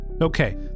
Okay